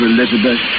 Elizabeth